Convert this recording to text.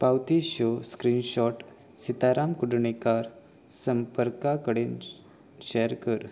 पावती show screenshot Sitaram Kudnekar संपर्का कडेन शॅर कर